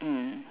mm